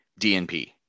DNP